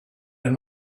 and